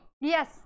Yes